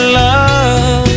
love